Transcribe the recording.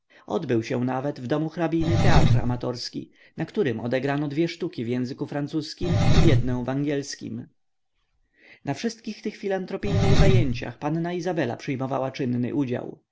odbył się nawet w domu hrabiny teatr amatorski na którym odegrano dwie sztuki w języku francuskim i jednę w angielskim we wszystkich tych filantropijnych zajęciach panna izabela przyjmowała czynny udział